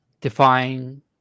define